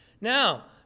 Now